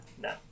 no